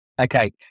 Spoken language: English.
Okay